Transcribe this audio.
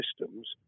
systems